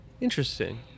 interesting